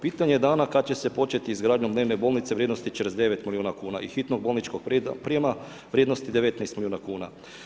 Pitanje dana kad će se početi izgradnjom dnevne bolnice vrijednosti 49 milijuna i hitnog bolničkog prijema vrijednosti 19 milijuna kuna.